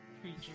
creature